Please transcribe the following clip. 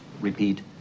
Repeat